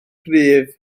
gryf